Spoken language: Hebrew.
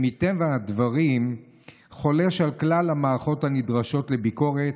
שמטבע הדברים חולש על כלל המערכות הנדרשות לביקורת,